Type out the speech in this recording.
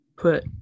put